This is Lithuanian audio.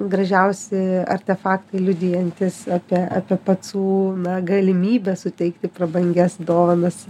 gražiausi artefaktai liudijantys apie apie pacų na galimybę suteikti prabangias dovanas